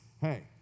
hey